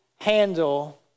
handle